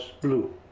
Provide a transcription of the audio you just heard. blue